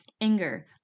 anger